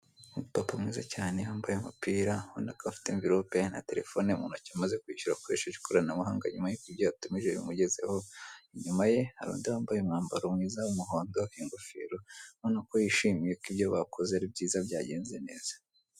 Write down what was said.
Umupapa mwiza wambaye umupira ubona ko afite mvirope na terefone mu ntoki amaze kwishyura akoresheje ikoranabuhanga nyuma yuko ibyo yatumije bimugezeho inyuma ye hari undi wambaye umwambaro mwiza w'umuhondo ingofero ubona ko yishimye ko ibyo bakoze ari byiza byagenze neza.